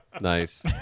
nice